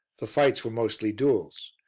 the fights were mostly duels.